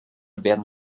werden